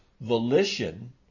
volition